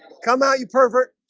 come out you pervert